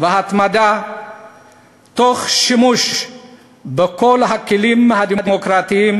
ובהתמדה תוך שימוש בכל הכלים הדמוקרטיים,